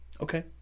Okay